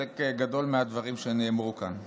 עם חלק גדול מהדברים שנאמרו כאן.